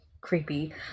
creepy